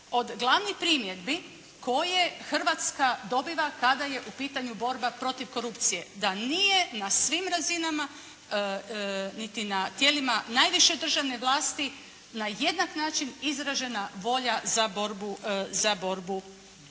od glavnih primjedbi koje Hrvatska dobiva kada je u pitanju borba protiv korupcije. Da nije na svim razinama niti na tijelima najviše državne vlasti na jednak način izražena volja za borbu protiv